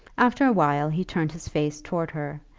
after a while he turned his face towards her,